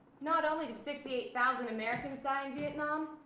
not only did fifty eight thousand americans die in vietnam,